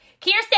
Kirsten